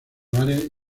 hogares